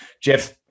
Jeff